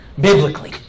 biblically